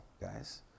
guys